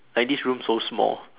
like this room so small